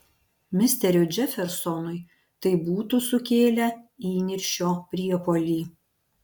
misteriui džefersonui tai būtų sukėlę įniršio priepuolį